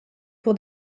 pour